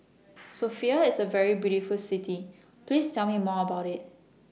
Sofia IS A very beautiful City Please Tell Me More about IT